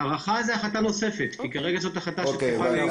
הארכה זה החלטה נוספת כי כרגע זאת החלטה שצריכה היות